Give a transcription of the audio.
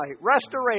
restoration